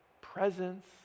presence